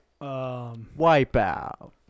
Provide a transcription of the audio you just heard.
Wipeout